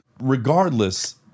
Regardless